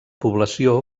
població